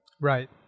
Right